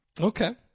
Okay